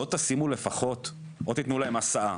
לא תתנו להם הסעה?